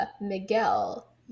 Miguel